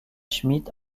schmid